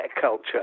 culture